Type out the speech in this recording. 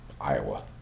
Iowa